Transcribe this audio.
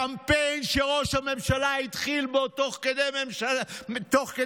קמפיין שראש הממשלה התחיל בו תוך כדי מלחמה.